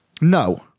No